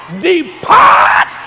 depart